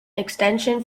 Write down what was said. extension